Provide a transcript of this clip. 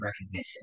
recognition